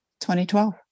2012